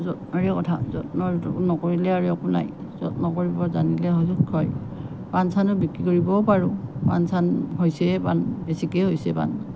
যত্নৰে কথা যত্ন নকৰিলে আৰু একো নাই যত্ন কৰিব জানিলে হয় পাণ চানো বিক্ৰী কৰিবও পাৰোঁ পাণ চান হৈছেই পাণ বেছিকেই হৈছে